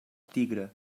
tigre